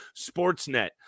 Sportsnet